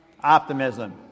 optimism